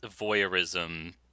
voyeurism